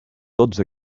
tots